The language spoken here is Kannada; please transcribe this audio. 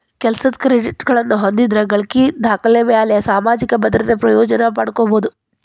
ಕೆಲಸದ್ ಕ್ರೆಡಿಟ್ಗಳನ್ನ ಹೊಂದಿದ್ರ ಗಳಿಕಿ ದಾಖಲೆಮ್ಯಾಲೆ ಸಾಮಾಜಿಕ ಭದ್ರತೆ ಪ್ರಯೋಜನ ಪಡ್ಕೋಬೋದು